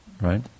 right